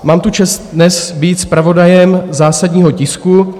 Mám tu čest dnes být zpravodajem zásadního tisku.